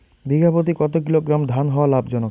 বিঘা প্রতি কতো কিলোগ্রাম ধান হওয়া লাভজনক?